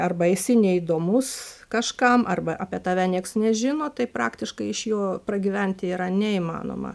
arba esi neįdomus kažkam arba apie tave nieks nežino tai praktiškai iš jo pragyventi yra neįmanoma